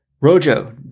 Rojo